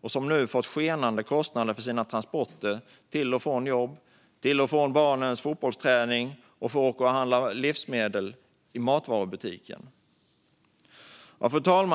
De har nu fått skenande kostnader för sina transporter till och från jobbet, till och från barnens fotbollsträning och till och från matvarubutiken för att handla livsmedel. Fru talman!